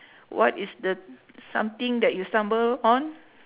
what is the something that you stumble on